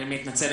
מתנצל,